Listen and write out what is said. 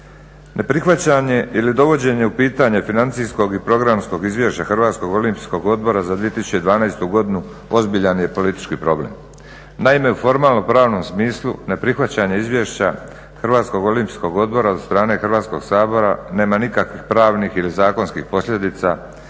Neprihvaćanje ili dovođenje u pitanje Financijskog i programskog izvješća HOO-a za 2012. godinu ozbiljan je politički problem. Naime, u formalno pravnom smislu neprihvaćanje izvješća HOO-a od strane Hrvatskog sabora nema nikakvih pravnih ili zakonskih posljedica